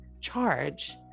charge